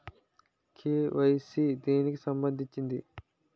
KYC దేనికి సంబందించింది?